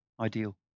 ideal